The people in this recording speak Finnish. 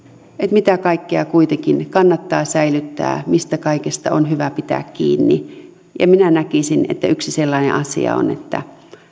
mitä kaikkea kuitenkin kannattaa säilyttää mistä kaikesta on hyvä pitää kiinni minä näkisin että yksi sellainen asia on että